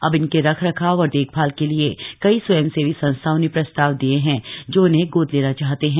अब इनके रखरखाव और देखभाल के लिए कई स्वयंसेवी संस्थाओं ने प्रस्ताव दिए हैं जो इन्हें गोद लेना चाहते हैं